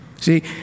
See